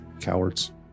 cowards